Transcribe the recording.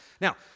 Now